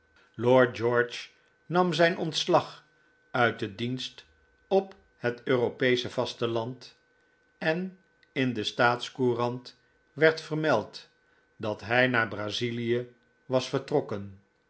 lord george nam zijn ontslag uit den dienst op het europeesche vasteland en in de staatscourant werd vermeld dat hij naar brazilie was vertrokken